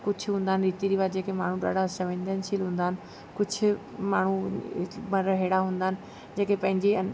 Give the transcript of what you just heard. कुझु हूंदा आहिनि रीति रवाजनि खे माण्हू ॾाढा संवेदनशील हूंदा आहिनि कुझु माण्हू पर अहिड़ा हूंदा आहिनि जेके पंहिंजी